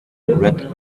red